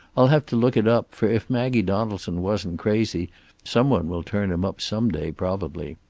i'll have to look it up, for if maggie donaldson wasn't crazy some one will turn him up some day, probably.